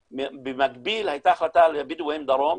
ובמקביל הייתה החלטה לבדואים דרום,